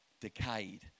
decayed